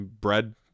bread